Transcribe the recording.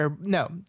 no